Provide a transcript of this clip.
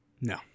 No